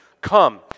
Come